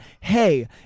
hey